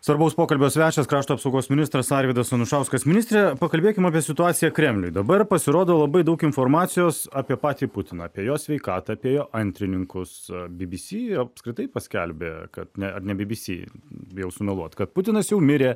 svarbaus pokalbio svečias krašto apsaugos ministras arvydas anušauskas ministre pakalbėkim apie situaciją kremliuj dabar pasirodo labai daug informacijos apie patį putiną apie jo sveikatą apie jo antrininkus bbc apskritai paskelbė kad ne ar ne bbc bijau sumeluot kad putinas jau mirė